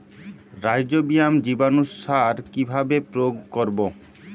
Rhizobium জীবানুসার কিভাবে প্রয়োগ করব?